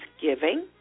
giving